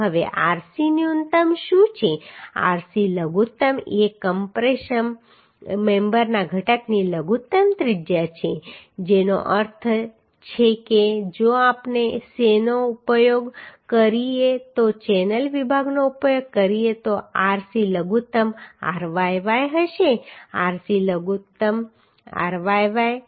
હવે rc ન્યુનત્તમ શું છે rc લઘુત્તમ એ કમ્પ્રેશન મેમ્બરના ઘટકની લઘુત્તમ ત્રિજ્યા છે જેનો અર્થ છે કે જો આપણે સેનો ઉપયોગ કરીએ તો ચેનલ વિભાગનો ઉપયોગ કરીએ તો rc લઘુત્તમ ryy હશે rc લઘુત્તમ ryy હશે રાઇટ